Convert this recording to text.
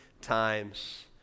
times